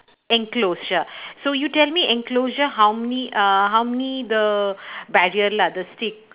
enclosure so you tell me enclosure how many uh how many the barrier lah the stick